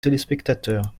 téléspectateurs